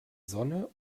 sonne